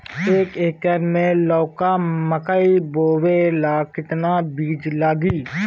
एक एकर मे लौका मकई बोवे ला कितना बिज लागी?